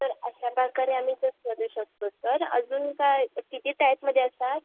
तर अशाप्रकारे आम्ही जर तर अजून काय किती टायपमध्ये असतात